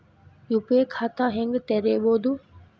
UPI ಖಾತಾ ಹೆಂಗ್ ತೆರೇಬೋದು?